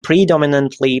predominantly